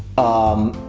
um.